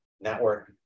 network